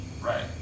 Right